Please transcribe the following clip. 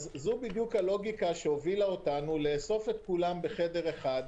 זו הלוגיקה שהובילה אותנו לאסוף את כולם בחדר אחד,